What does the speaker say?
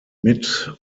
mit